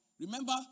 Remember